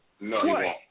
No